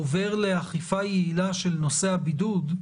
עובר לאכיפה יעילה של נושא הבידוד,